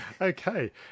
Okay